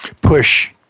push